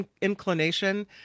inclination